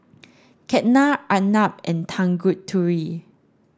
Ketna Arnab and Tanguturi